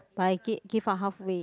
but I I give up half way